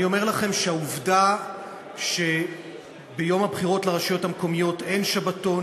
אני אומר לכם שהעובדה שביום הבחירות לרשויות המקומיות אין שבתון,